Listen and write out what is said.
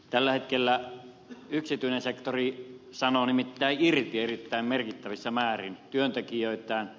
tällä hetkellä yksityinen sektori sanoo nimittäin irti erittäin merkittävissä määrin työntekijöitään